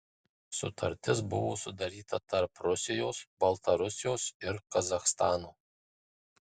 sutartis buvo sudaryta tarp rusijos baltarusijos ir kazachstano